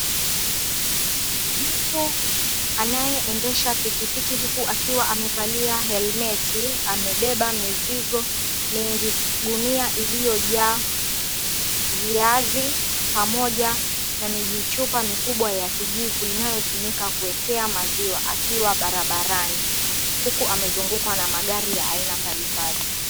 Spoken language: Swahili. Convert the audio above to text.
Mtu anayeendesha pikipiki huku akiwa amevalia helmet amebeba mizigo mingi. Gunia iliyojaa viazi pamoja na mijichupa mikubwa ya kijivu inayotumika kuwekea maziwa akiwa barabarani, huku amezungukwa na magari ya aina mbali.